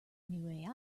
new